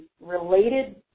related